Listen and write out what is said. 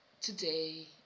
today